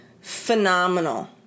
phenomenal